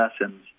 lessons